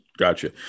Gotcha